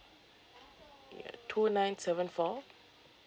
ya two nine seven four